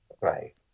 Right